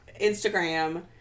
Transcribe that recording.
Instagram